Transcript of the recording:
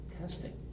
testing